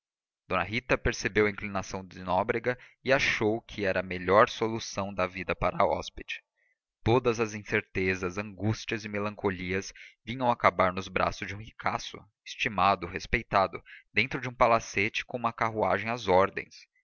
d rita percebeu a inclinação de nóbrega e achou que era a melhor solução da vida para a hóspede todas as incertezas angústias e melancolias vinham acabar nos braços de um ricaço estimado respeitado dentro de um palacete com uma carruagem às ordens